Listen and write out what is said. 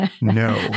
No